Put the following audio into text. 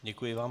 Děkuji vám.